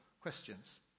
questions